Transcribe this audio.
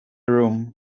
room